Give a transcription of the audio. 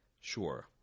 Sure